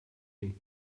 mine